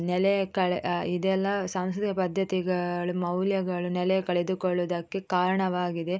ನೆಲೆ ಕಳೆ ಇದೆಲ್ಲ ಸಾಂಸ್ಕೃತಿಕ ಪದ್ಧತಿಗಳು ಮೌಲ್ಯಗಳು ನೆಲೆಕಳೆದುಕೊಳ್ಳುವುದಕ್ಕೆ ಕಾರಣವಾಗಿದೆ